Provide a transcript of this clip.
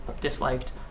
disliked